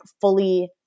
fully